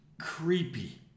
creepy